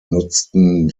nutzten